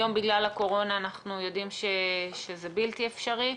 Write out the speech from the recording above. היום, בגלל הקורונה, אנחנו יודעים שזה בלתי אפשרי,